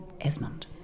Esmond